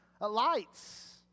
Lights